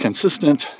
consistent